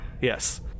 Yes